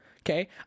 okay